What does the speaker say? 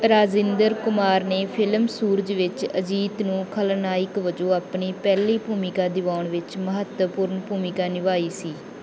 ਰਾਜਿੰਦਰ ਕੁਮਾਰ ਨੇ ਫ਼ਿਲਮ ਸੂਰਜ ਵਿੱਚ ਅਜੀਤ ਨੂੰ ਖਲਨਾਇਕ ਵਜੋਂ ਆਪਣੀ ਪਹਿਲੀ ਭੂਮਿਕਾ ਦਿਵਾਉਣ ਵਿੱਚ ਮਹੱਤਵਪੂਰਨ ਭੂਮਿਕਾ ਨਿਭਾਈ ਸੀ